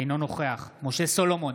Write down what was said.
אינו נוכח משה סולומון,